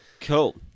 cool